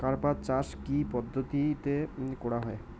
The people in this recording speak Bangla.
কার্পাস চাষ কী কী পদ্ধতিতে করা য়ায়?